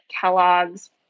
Kellogg's